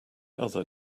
other